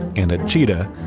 and a cheetah,